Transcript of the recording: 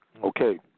Okay